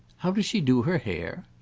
how does she do her hair?